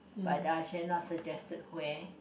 but I shall not suggest it where